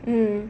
mmhmm